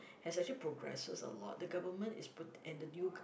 has actually progresses a lot the government is put and the new